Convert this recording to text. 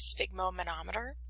sphygmomanometer